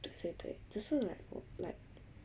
对对对只是 like 我 like